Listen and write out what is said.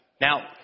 Now